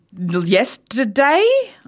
yesterday